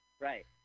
Right